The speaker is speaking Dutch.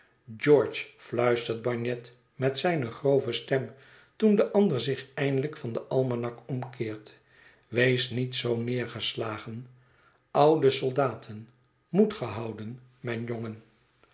george fluistert bagnet met zijne grove stem toen de ander zich eindelijk van den almanak omkeert wees niet zoo neergeslagen oude soldaten moed gehouden mijn jongen